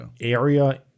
area